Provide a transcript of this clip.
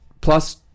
plus